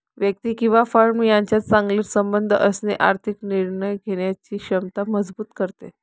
व्यक्ती किंवा फर्म यांच्यात चांगले संबंध असणे आर्थिक निर्णय घेण्याची क्षमता मजबूत करते